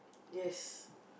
yes